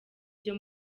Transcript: byo